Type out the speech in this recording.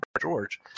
George